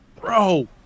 bro